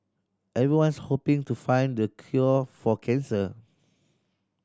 everyone's hoping to find the cure for cancer